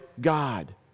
God